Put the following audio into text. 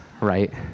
right